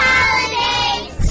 Holidays